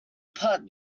but